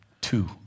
two